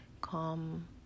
calm